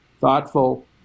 thoughtful